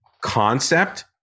concept